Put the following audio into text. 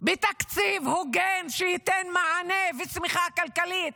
בתקציב הוגן שייתן מענה וצמיחה כלכלית,